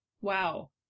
Wow